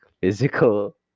physical